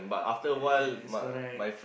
yes correct